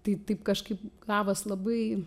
tai taip kažkaip gavos labai